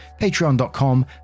patreon.com